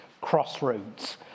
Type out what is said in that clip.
crossroads